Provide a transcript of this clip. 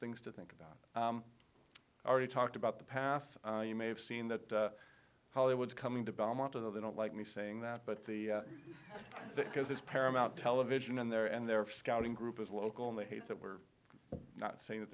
things to think about already talked about the path you may have seen that hollywood's coming to belmont of they don't like me saying that but the cause is paramount television and they're and they're scouting group is local and they hate that we're not saying that